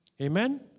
Amen